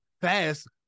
fast